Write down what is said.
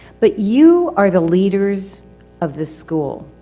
but you are the leaders of this school.